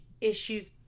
issues